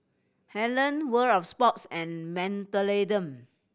Helen World Of Sports and Mentholatum